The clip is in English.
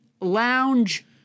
lounge